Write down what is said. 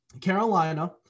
Carolina